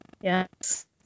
Yes